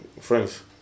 friends